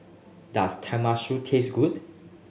does Tenmusu taste good